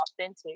authentic